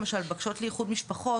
למשל בקשות לאיחוד משפחות,